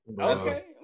Okay